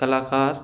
کلاکار